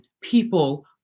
people